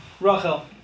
Rachel